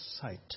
sight